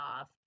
off